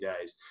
days